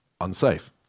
unsafe